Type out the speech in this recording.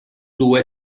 due